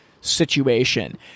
situation